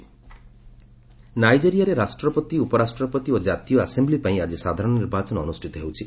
Nigeria election ନାଇଜେରିଆରେ ରାଷ୍ଟ୍ରପତି ଉପରାଷ୍ଟ୍ରପତି ଓ କାତୀୟ ଆସେମ୍ବି ପାଇଁ ଆକି ସାଧାରଣ ନିର୍ବାଚନ ଅନୁଷ୍ଠିତ ହେଉଛି